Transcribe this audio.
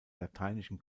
lateinischen